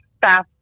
fast